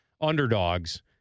underdogs